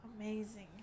amazing